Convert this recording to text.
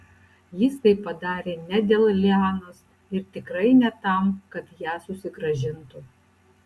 jis tai padarė ne dėl lianos ir tikrai ne tam kad ją susigrąžintų